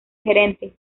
gerente